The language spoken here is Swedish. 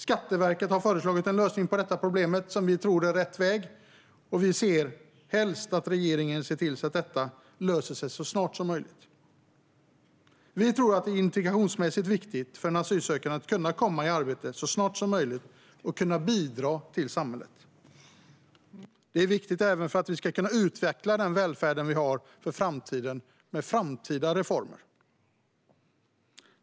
Skatteverket har föreslagit en lösning på detta problem, som vi tror är rätt väg, och vi ser helst att regeringen ser till att detta löser sig så snart som möjligt. Vi tror att det är integrationsmässigt viktigt för en asylsökande att kunna komma i arbete så snart som möjligt och kunna bidra till samhället. Det är viktigt även för att vi ska kunna utveckla den välfärd vi har inför framtiden, med framtida reformer.